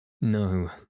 No